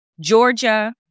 Georgia